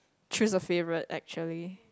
choose a favourite actually